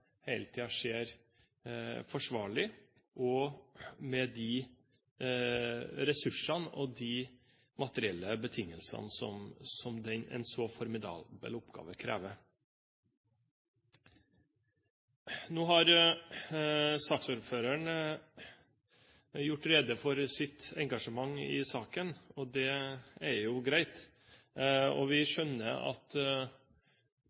skjer forsvarlig og med de ressursene og de materielle betingelsene som en så formidabel oppgave krever. Nå har saksordføreren gjort rede for sitt engasjement i saken, og det er greit. Vi